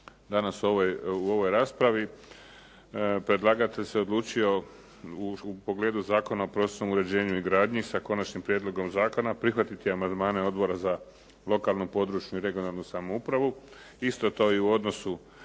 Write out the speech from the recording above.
danas u ovoj raspravi, predlagatelj se odlučio u pogledu Zakona o prostornom uređenju i gradnji sa Konačnim prijedlogom zakona prihvatiti amandmane Odbora za lokalnu, područnu i regionalnu samoupravu. Isto to i u odnosu